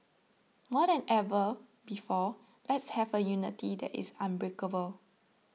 more than ever before let's have a unity that is unbreakable